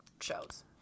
shows